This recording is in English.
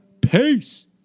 peace